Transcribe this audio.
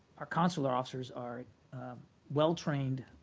our consular officers are well trained